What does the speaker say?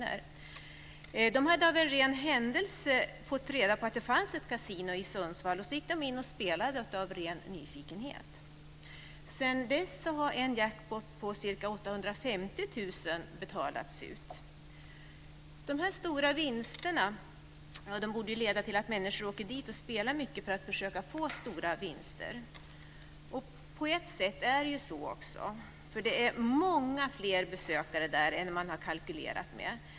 De båda hade av en händelse fått reda på att det fanns ett kasino i Sundsvall, och de gick in och spelade av ren nyfikenhet. Sedan dess har en jackpott om ca 850 000 kr betalats ut. Dessa stora utdelningar borde leda till att människor åker dit och spelar mycket för att försöka få stora vinster. På ett sätt är det också så, för man har många fler besökare än vad man har kalkylerat med.